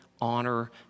honor